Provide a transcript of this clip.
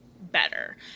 better